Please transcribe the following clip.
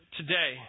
today